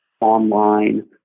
online